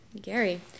Gary